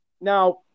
Now